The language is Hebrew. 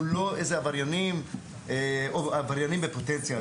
אנחנו לא עבריינים בפוטנציה.